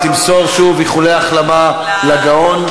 תמסור, שוב, איחולי החלמה לגאון.